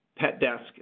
PetDesk